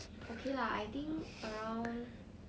okay lah I think around